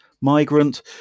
Migrant